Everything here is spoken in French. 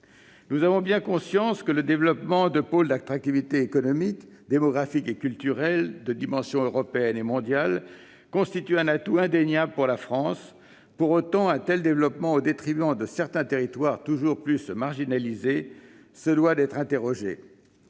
Nous avons bien conscience que le développement de pôles d'attractivité économique, démographique, culturelle de dimensions européenne et mondiale, constitue un atout indéniable pour la France. Pour autant, un tel développement, au détriment de certains territoires toujours plus marginalisés, doit être interrogé.